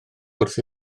wrth